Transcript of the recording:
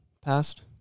passed